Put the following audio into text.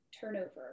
turnover